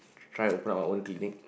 try open my own clinic